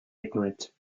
ignorant